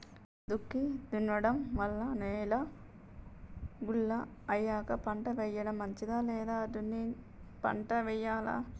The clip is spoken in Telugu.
దుక్కి దున్నడం వల్ల నేల గుల్ల అయ్యాక పంట వేయడం మంచిదా లేదా దున్ని పంట వెయ్యాలా?